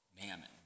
mammon